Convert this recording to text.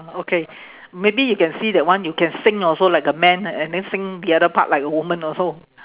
uh okay maybe you can see that one you can sing also like a man and and then sing the other part like a woman also